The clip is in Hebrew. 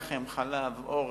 לחם, חלב, אורז,